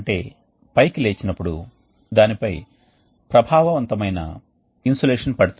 మేము దీనిని ఊహించినట్లయితే మేము కౌంటర్ కరెంట్ ప్రవాహాన్ని ఊహించినట్లయితే సమాంతర ప్రవాహం కోసం విశ్లేషణ కూడా చేయవచ్చు